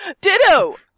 Ditto